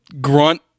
grunt